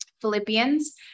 Philippians